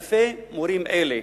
אלפי מורים אלה,